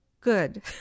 good